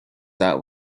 that